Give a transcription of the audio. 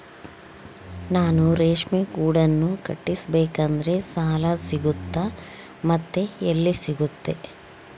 ನಾನು ರೇಷ್ಮೆ ಗೂಡನ್ನು ಕಟ್ಟಿಸ್ಬೇಕಂದ್ರೆ ಸಾಲ ಸಿಗುತ್ತಾ ಮತ್ತೆ ಎಲ್ಲಿ ಸಿಗುತ್ತೆ?